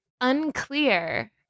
unclear